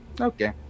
Okay